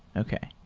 okay.